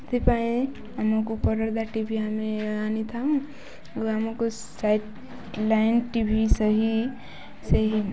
ସେଥିପାଇଁ ଆମକୁ ପରଦା ଟି ଭି ଆମେ ଆଣିଥାଉ ଓ ଆମକୁ ସାଇଟ୍ ଲାଇନ୍ ଟି ଭି ସେହି ସେହି